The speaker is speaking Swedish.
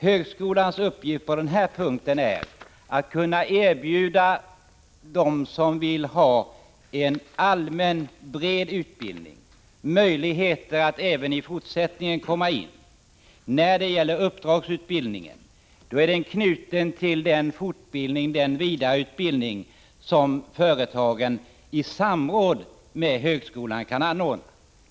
Högskolans uppgifter på den här punkten är att erbjuda dem som vill ha en allmän, bred utbildning möjligheter att även i fortsättningen komma in. Uppdragsutbildning är knuten till fortbildning eller vidareutbildning som företagen i samråd med högskolan kan anordna.